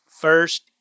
first